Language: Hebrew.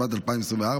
התשפ"ד 2024,